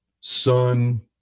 son